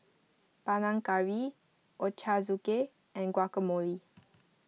Panang Curry Ochazuke and Guacamole